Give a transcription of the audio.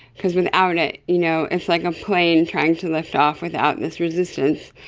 because without it you know it's like a plane trying to lift off without this resistance,